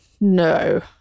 no